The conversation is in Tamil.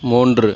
மூன்று